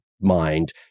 mind